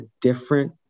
different